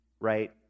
right